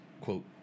quote